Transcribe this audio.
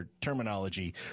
terminology